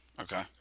Okay